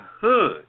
hood